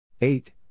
Eight